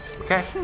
Okay